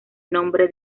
nombre